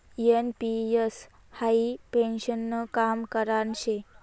NPS हाई पेन्शननं काम करान शे